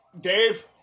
Dave